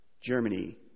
Germany